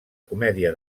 comèdia